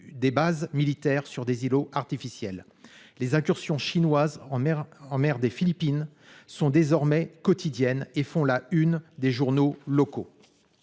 des bases militaires sur des îlots artificiels. Les incursions chinoises en mer des Philippines sont désormais quotidiennes et font la une des journaux locaux.